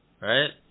Right